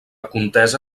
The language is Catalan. contesa